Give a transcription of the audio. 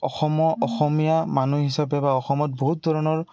অসমৰ অসমীয়া মানুহ হিচাপে বা অসমত বহুত ধৰণৰ